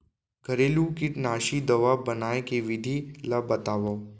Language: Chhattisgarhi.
घरेलू कीटनाशी दवा बनाए के विधि ला बतावव?